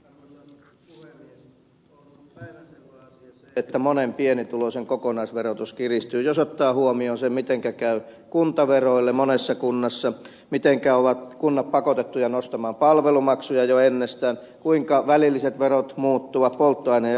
on aivan päivänselvä asia se että monen pienituloisen kokonaisverotus kiristyy jos ottaa huomioon sen mitenkä käy kuntaveroille monessa kunnassa mitenkä ovat kunnat pakotettuja nostamaan palvelumaksuja jo ennestään kuinka välilliset verot muuttuvat polttoaine ja energiaverot